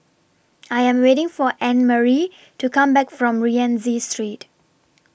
I Am waiting For Annemarie to Come Back from Rienzi Street